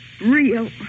Rio